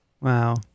Wow